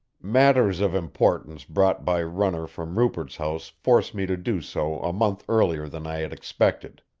matters of importance brought by runner from rupert's house force me to do so a month earlier than i had expected.